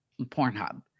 Pornhub